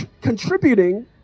contributing